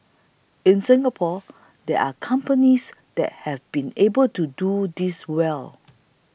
in Singapore there are companies that have been able to do this well